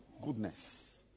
Goodness